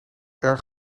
erg